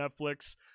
Netflix